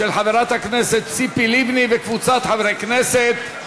של חברת הכנסת ציפי לבני וקבוצת חברי הכנסת.